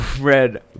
red